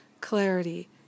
clarity